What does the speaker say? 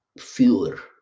fewer